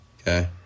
Okay